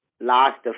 last